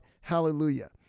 hallelujah